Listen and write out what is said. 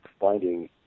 finding